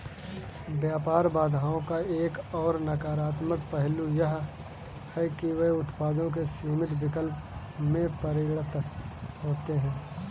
व्यापार बाधाओं का एक और नकारात्मक पहलू यह है कि वे उत्पादों के सीमित विकल्प में परिणत होते है